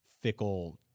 fickle